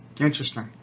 Interesting